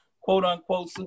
quote-unquote